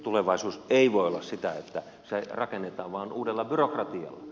tulevaisuus ei voi olla sitä että se rakennetaan vain uudella byrokratialla